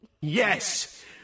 Yes